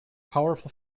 powerful